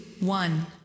one